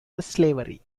slavery